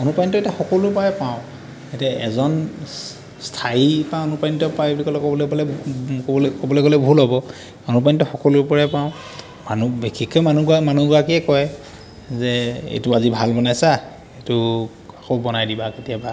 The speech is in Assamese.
অনুপ্ৰাণিত এটা সকলোৰে পৰা পাওঁ এতিয়া এজন স্থায়ী পা অনুপ্ৰাণিত পায় বুলি ক'বলৈ গ'লে ক'বলৈ গ'লে ভুল হ'ব অনুপ্ৰাণিত সকলোৰ পৰাই পাওঁ মানুহ বিশেষকৈ মানুহ বা মানুহগৰাকীয়ে কয় যে এইটো আজি ভাল বনাইছা এইটো আকৌ বনাই দিবা কেতিয়াবা